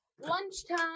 Lunchtime